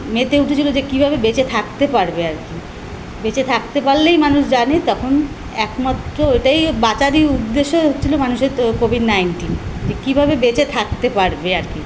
মেতে উঠেছিলো যে কীভাবে বেঁচে থাকতে পারবে আর কি বেঁচে থাকতে পারলেই মানুষ জানে তখন একমাত্র এটাই বাঁচারই উদ্দেশ্য হচ্ছিলো মানুষের তো কোভিড নাইন্টিন যে কীভাবে বেঁচে থাকতে পারবে আর কি